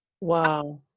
Wow